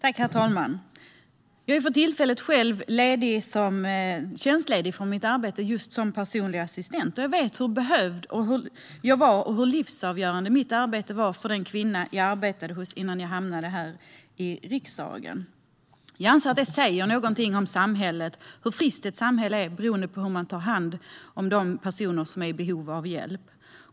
Herr talman! Jag är för tillfället själv tjänstledig från mitt arbete som just personlig assistent. Jag vet hur behövd jag var och hur livsavgörande mitt arbete var för den kvinna jag jobbade hos innan jag hamnade här i riksdagen. Jag anser att det säger något om samhället, om hur friskt det är, hur man tar hand om de personer som är i behov av hjälp.